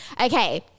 okay